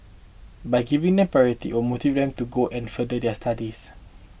by giving them priority will motivate them to go and further their studies